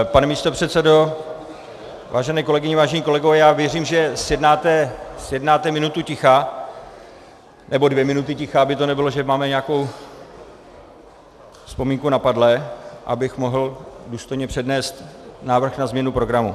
Pane místopředsedo, vážené kolegyně, vážení kolegové, já věřím, že zjednáte minutu, nebo dvě minuty ticha, aby to nevypadalo, že máme nějakou vzpomínku na padlé, abych mohl důstojně přednést návrh na změnu programu.